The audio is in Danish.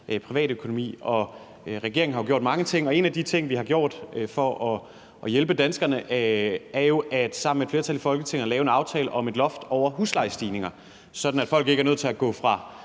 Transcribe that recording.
privatøkonomi, og regeringen har jo gjort mange ting. En af de ting, vi har gjort for at hjælpe danskerne, er jo – sammen med et flertal i Folketinget – at lave en aftale om et loft over huslejestigninger, sådan at folk ikke er nødt til at gå fra